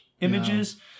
images